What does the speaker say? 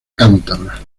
cántabra